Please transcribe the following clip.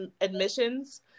admissions